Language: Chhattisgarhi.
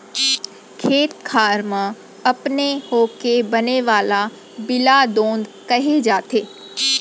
खेत खार म अपने होके बने वाला बीला दोंद कहे जाथे